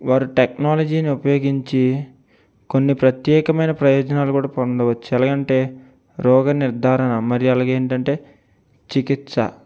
వారు టెక్నాలజీ ని ఉపయోగించి కొన్ని ప్రత్యేకమైన ప్రయోజనాలు కూడా పొందవచ్చు ఎలాగంటే రోగ నిర్ధారణ మరియు అలాగే ఏంటంటే చికిత్స